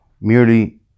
merely